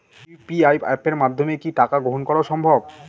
UPI অ্যাপের মাধ্যমে কি টাকা গ্রহণ করাও সম্ভব?